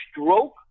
stroke